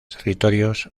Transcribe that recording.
territorios